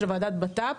של ועדת בט"פ.